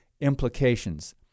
implications